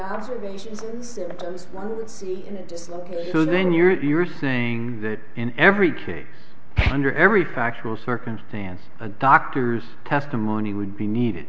observation so then your ear saying that in every case under every factual circumstance a doctor's testimony would be needed